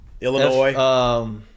Illinois